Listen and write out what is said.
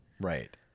Right